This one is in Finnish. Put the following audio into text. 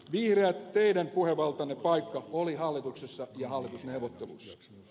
vihreät teidän puhevaltanne paikka oli hallituksessa ja hallitusneuvotteluissa